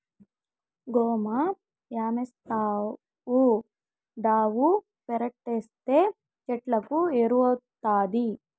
గోమయమేస్తావుండావు పెరట్లేస్తే చెట్లకు ఎరువౌతాది